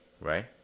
right